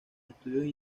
estadios